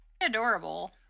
adorable